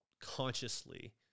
consciously